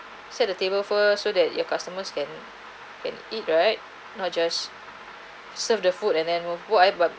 set the table first so that your customers can can and eat right not just serve the food and then